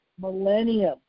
millennium